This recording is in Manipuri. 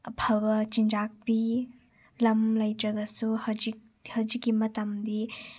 ꯑꯐꯕ ꯆꯤꯟꯖꯥꯛ ꯄꯤ ꯂꯝ ꯂꯩꯇ꯭ꯔꯒꯁꯨ ꯍꯧꯖꯤꯛ ꯍꯧꯖꯤꯛꯀꯤ ꯃꯇꯝꯗꯤ